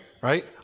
right